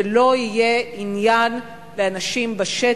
ולא יהיה עניין לאנשים בשטח,